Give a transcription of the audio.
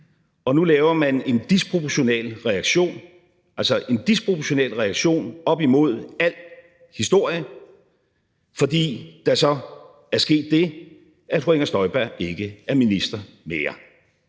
og nu laver man en disproportional reaktion op imod al historie, fordi der så er sket det, at fru Inger Støjberg ikke er minister mere.